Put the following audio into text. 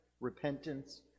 repentance